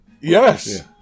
Yes